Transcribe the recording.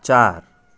चार